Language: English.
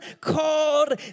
called